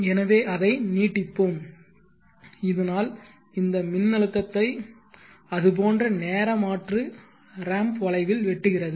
எனவே அதை நீட்டிப்போம் இதனால் இந்த மின்னழுத்தத்தை அது போன்ற நேர மாற்று ramp வளைவில் வெட்டுகிறது